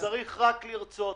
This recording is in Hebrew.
צריך רק לרצות.